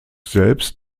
selbst